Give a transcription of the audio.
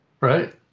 Right